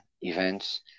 events